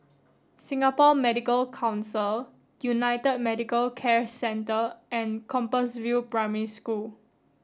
Singapore Medical Council United Medicare Centre and Compassvale Primary School